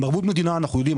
עם ערבות מדינה אנחנו יודעים,